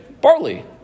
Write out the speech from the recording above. Barley